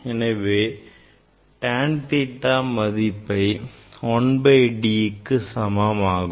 எனவே tan theta மதிப்பு l by Dக்கு சமமாகும்